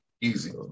Easy